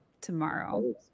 tomorrow